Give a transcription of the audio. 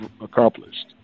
accomplished